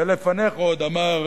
ולפניך עוד אמר